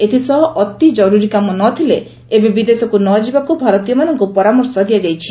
ଏଥିସହ ଅତି କରୁରୀକାମ ନଥିଲେ ଏବେ ବିଦେଶକୁ ନ ଯିବାକୁ ଭାରତୀୟମାନଙ୍କୁ ପରାମର୍ଶ ଦିଆଯାଇଛି